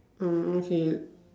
oh okay